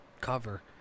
cover